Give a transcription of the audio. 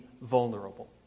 vulnerable